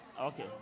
Okay